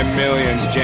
millions